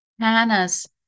Hannah's